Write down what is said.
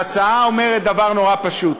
ההצעה אומרת דבר נורא פשוט: